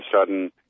sudden